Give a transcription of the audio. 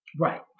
Right